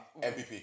MPP